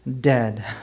dead